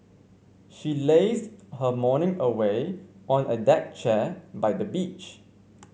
she lazed her morning away on a deck chair by the beach